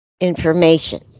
information